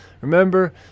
Remember